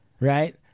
Right